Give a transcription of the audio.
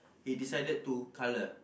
he decided to color